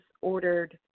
ordered